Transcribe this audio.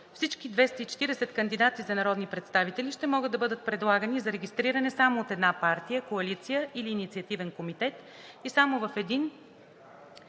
Всички 240 кандидати за народни представители ще могат да бъдат предлагани за регистриране само от една партия, коалиция или инициативен комитет и само в един